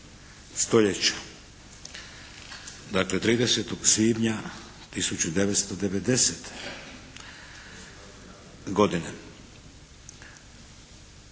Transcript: stoljeća. Dakle 30. svibnja 1990. godine.